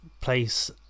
place